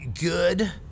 good